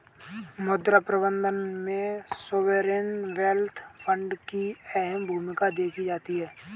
मुद्रा प्रबन्धन में सॉवरेन वेल्थ फंड की अहम भूमिका देखी जाती है